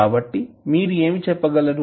కాబట్టి మీరు ఏమి చెప్పగలరు